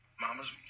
Mama's